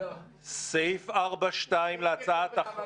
סעיף 4(א) להצעת החוק